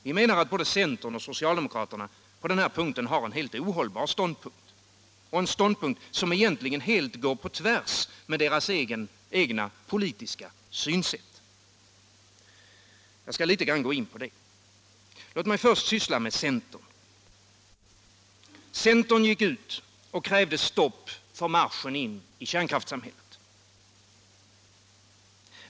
Vi menar att både centern och socialdemokraterna har en helt ohållbar ståndpunkt i det här fallet, en ståndpunkt som egentligen helt strider mot deras egna politiska synsätt. Jag skall litet grand gå in på den saken. Låt mig först syssla med centern. Centern gick ut och krävde stopp för marschen in i kärnkraftssamhället.